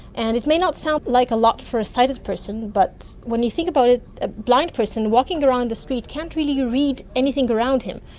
and it may not sound like a lot for a sighted person but when you think about it, a blind person walking around the street can't really read anything around him,